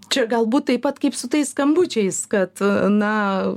čia galbūt taip pat kaip su tais skambučiais kad na